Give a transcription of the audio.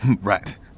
right